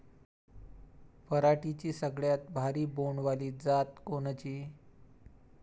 पराटीची सगळ्यात भारी बोंड वाली जात कोनची?